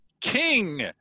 king